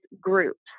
groups